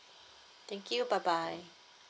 thank you bye bye